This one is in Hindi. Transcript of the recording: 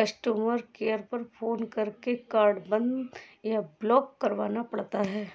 कस्टमर केयर पर फ़ोन करके कार्ड बंद या ब्लॉक करवाना पड़ता है